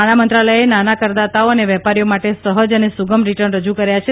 નાણાં મંત્રાલયે નાના કરદાતાઓ અને વેપારીઓ માટે સહજ અને સુગમ રીટર્ન રજૂ કર્યા છે